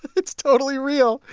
it's totally real!